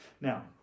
Now